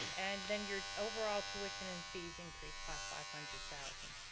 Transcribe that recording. and then your overall tuition and fees increased by five hundred thousand.